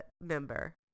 member